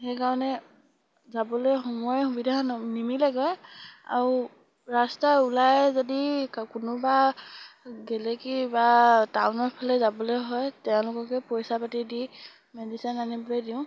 সেইকাৰণে যাবলৈ সময় সুবিধা ন নিমিলেগৈ আৰু ৰাস্তাত ওলাই যদি কোনোবা গেলেকী বা টাউনৰফালে যাবলৈ হয় তেওঁলোককে পইচা পাতি দি মেডিচিন আনিবলৈ দিওঁ